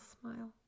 smile